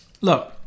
look